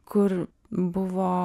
kur buvo